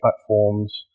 platforms